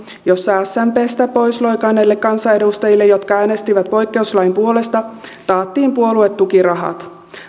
jossa smpstä pois loikanneille kansanedustajille jotka äänestivät poikkeuslain puolesta taattiin puoluetukirahat